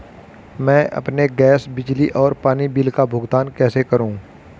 मैं अपने गैस, बिजली और पानी बिल का भुगतान कैसे करूँ?